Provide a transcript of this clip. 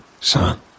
son